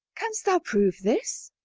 canst thou prove this?